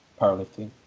powerlifting